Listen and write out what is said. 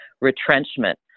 retrenchment